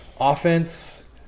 Offense